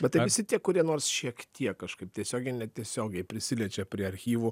bet tai visi tie kurie nors šiek tiek kažkaip tiesiogiai netiesiogiai prisiliečia prie archyvų